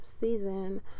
season